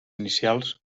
inicials